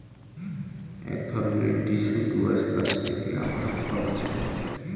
এক ধরণের ডেসিডুয়াস গাছ থেকে আখরোট পাওয়া যায়